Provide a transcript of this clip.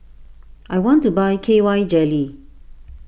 I want to buy K Y Jelly